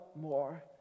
more